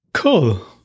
cool